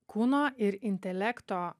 kūno ir intelekto